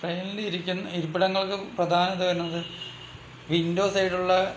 ട്രെയിനിൽ ഇരിക്കുന്ന ഇരിപ്പിടങ്ങൾക്ക് പ്രധാനത എന്നത് വിൻഡോ സൈഡിലുള്ള